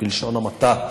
בלשון המעטה,